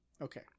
Okay